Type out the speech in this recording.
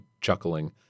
chuckling